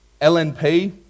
LNP